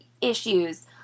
issues